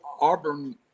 Auburn